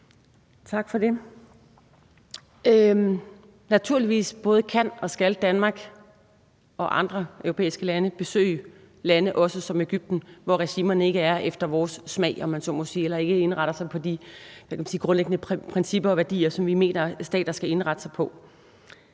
Tak for det. Naturligvis både kan og skal Danmark og andre europæiske lande også besøge lande som Egypten, hvor regimerne ikke er efter vores smag, om man så må sige, eller de ikke indretter sig på at følge de grundlæggende principper og værdier, som vi mener at stater skal indrette sig på